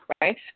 right